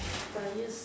five years